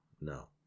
No